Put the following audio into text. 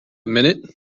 minute